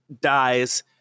dies